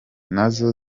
nazo